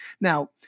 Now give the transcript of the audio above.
Now